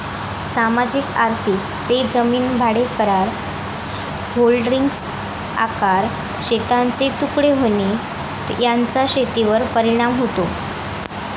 सामाजिक आर्थिक ते जमीन भाडेकरार, होल्डिंग्सचा आकार, शेतांचे तुकडे होणे याचा शेतीवर परिणाम होतो